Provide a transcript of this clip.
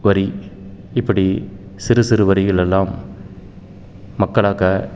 வரி இப்படி சிறு சிறு வரிகளெல்லாம் மக்களாக